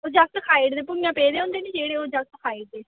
जागत खाई ओड़दे भुंञा पेदे होंदे नी जेह्ड़े ओह् जागत खाई ओड़दे